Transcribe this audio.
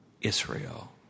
Israel